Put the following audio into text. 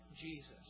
Jesus